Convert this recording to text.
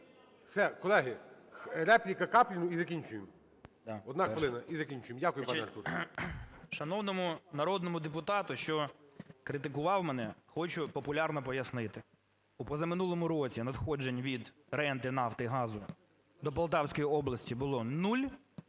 Все, колеги, репліка Капліну - і закінчуємо. Одна хвилина і закінчуємо. Дякуємо, пане Артуре. 14:04:17 КАПЛІН С.М. Значить, шановному народному депутату, що критикував мене, хочу популярно пояснити. У позаминулому році надходжень від ренти нафти газу до Полтавської області було нуль.